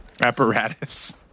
Apparatus